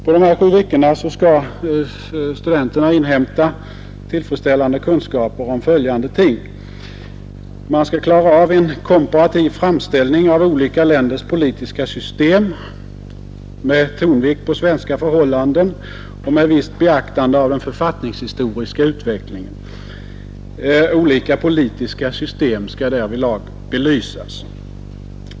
På de här sju veckorna skall studenterna inhämta tillfredsställande kunskaper i följande avseenden: De skall klara av en komparativ genomgång av olika länders politiska system med tonvikt på svenska förhållanden och med visst beaktande av den författningshistoriska utvecklingen. Olika politiska system skall därvidlag belysas.